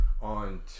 on